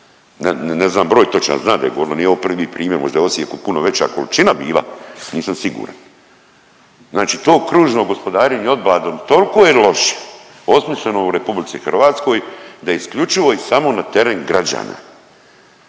ne znam broj točan, a znam da je gorilo, nije ovo prvi primjer, možda je u Osijeku puno veća količina bila, nisam siguran. Znači to kružno gospodarenje otpadom tolko je loše osmišljeno u RH da je isključivo i samo na teren građana,